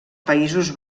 països